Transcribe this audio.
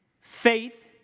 Faith